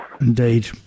Indeed